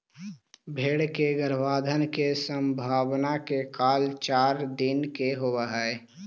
भेंड़ के गर्भाधान के संभावना के काल चार दिन के होवऽ हइ